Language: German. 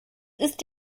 ist